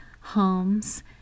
homes